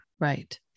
Right